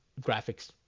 graphics